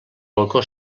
balcó